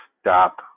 stop